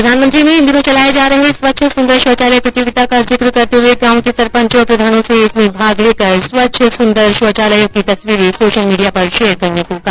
प्रधानमंत्री ने इन दिनों चलाए जा रहे स्वच्छ सुन्दर शौचालय प्रतियोगिता का जिक्र करते हुए गांव के सरपंचों और प्रधानों से इसमें भाग लेकर स्वच्छ सुन्दर शौचालयों की तस्वीरें सोशल मीडिया पर शेयर करने को कहा